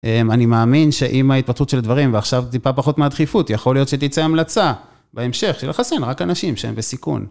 אני מאמין שעם ההתפתחות של הדברים, ועכשיו טיפה פחות מהדחיפות, יכול להיות שתצאה המלצה בהמשך של לחסן רק אנשים שהם בסיכון.